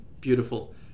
beautiful